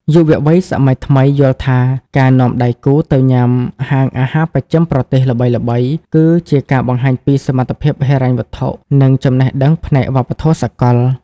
យុវវ័យសម័យថ្មីយល់ថាការនាំដៃគូទៅញ៉ាំហាងអាហារបស្ចិមប្រទេសល្បីៗ គឺជាការបង្ហាញពីសមត្ថភាពហិរញ្ញវត្ថុ និងចំណេះដឹងផ្នែកវប្បធម៌សកល។